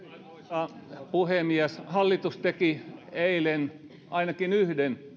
arvoisa puhemies hallitus teki eilen ainakin yhden